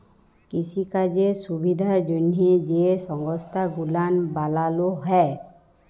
কিসিকাজের সুবিধার জ্যনহে যে সংস্থা গুলান বালালো হ্যয়